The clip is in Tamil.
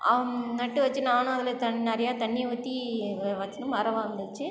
நட்டு வச்சு நானும் அதில் தண் நிறையா தண்ணி ஊற்றி வச்சு மரம் வளந்துச்சு